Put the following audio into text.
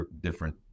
different